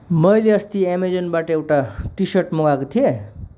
मैले अस्ति अमेजनबाट एउटा टी सर्ट मगाएको थिएँ